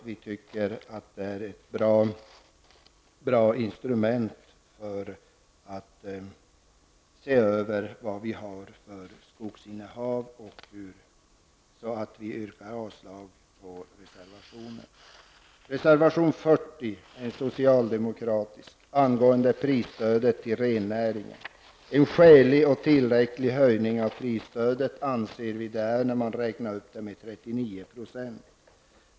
Vi tycker att det är ett bra instrument för att se över vad vi har för skogsinnehav. Vi yrkar avslag på reservationerna. Reservation nr 40 är socialdemokratisk. Den handlar om prisstöd till rennäringen. Vi anser att det är en skälig och tillräcklig höjning av prisstödet när man räknar upp det med 39 %.